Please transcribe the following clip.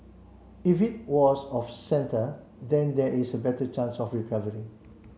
if it was off centre then there is a better chance of recovery